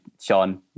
Sean